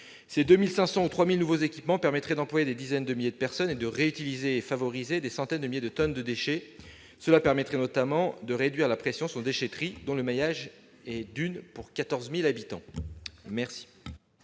Ces 2 500 ou 3 000 nouveaux équipements permettraient d'employer des dizaines de milliers de personnes et de réutiliser et de favoriser des centaines de milliers de tonnes de déchets. Cela permettrait notamment de réduire la pression sur les déchetteries, dont le maillage est de 1 pour 14 000 habitants. Quel